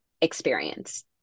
experience